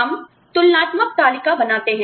हम तुलनात्मक तालिका बनाते हैं